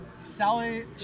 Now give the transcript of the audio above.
Sally